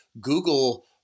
Google